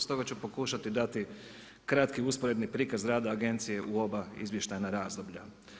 Stoga ću pokušati dati kratki usporedni prikaz rada agencije u oba izvještajna razdoblja.